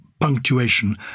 punctuation